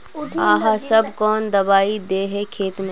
आहाँ सब कौन दबाइ दे है खेत में?